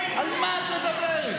17 נשים מתחילת השנה.